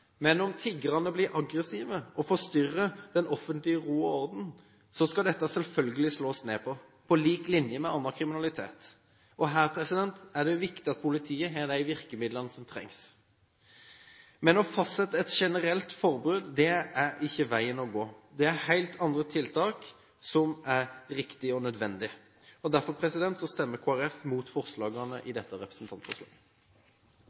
men om tiggerne blir aggressive og forstyrrer den offentlige ro og orden, skal dette selvfølgelig slås ned på – på lik linje med annen kriminalitet. Her er det viktig at politiet har de virkemidlene som trengs. Men å fastsette et generelt forbud er ikke veien å gå – det er helt andre tiltak som er riktige og nødvendige. Derfor stemmer Kristelig Folkeparti mot forslagene i